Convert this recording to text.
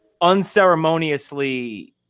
unceremoniously